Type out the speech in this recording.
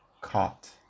caught